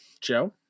Joe